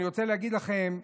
אני רוצה להגיד לכם,